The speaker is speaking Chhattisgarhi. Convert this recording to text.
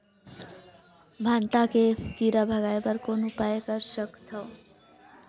भांटा के कीरा भगाय बर कौन उपाय कर सकथव?